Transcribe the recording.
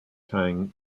tying